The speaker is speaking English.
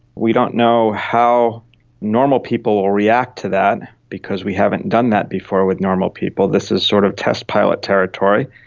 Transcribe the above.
we don't know how normal people will react to that because we haven't done that before with normal people, this is sort of test pilot territory.